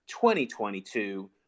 2022